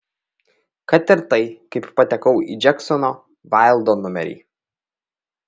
kad ir tai kaip patekau į džeksono vaildo numerį